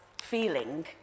feeling